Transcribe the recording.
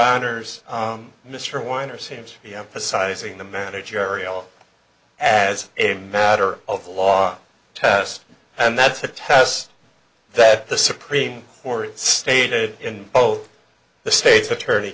honour's mr weiner seems to be emphasizing the manager aerial as a matter of law test and that's a test that the supreme court stated in both the state's attorney